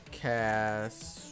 cast